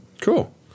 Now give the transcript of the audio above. Cool